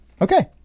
Okay